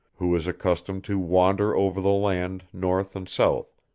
who was accustomed to wander over the land north and south,